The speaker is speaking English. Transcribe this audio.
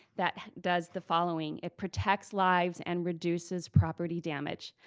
that does the following. it protects lives and reduces property damage.